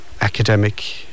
academic